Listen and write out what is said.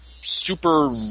super